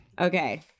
Okay